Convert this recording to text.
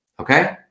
Okay